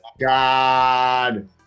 God